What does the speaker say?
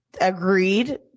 Agreed